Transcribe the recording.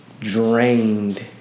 drained